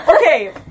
Okay